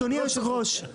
לא צריך חוק.